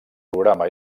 programa